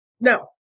no